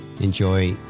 Enjoy